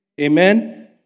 Amen